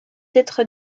être